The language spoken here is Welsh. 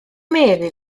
mary